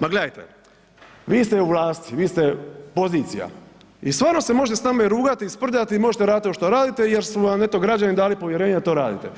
Ma gledajte, vi ste u vlasti, vi ste pozicija i stvarno se može s nama rugati i sprdati i možete raditi ono što radite jer su vam eto građani dali povjerenje da to radite